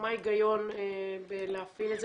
ומה ההיגיון להפעיל את זה,